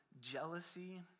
jealousy